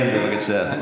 כן, בבקשה.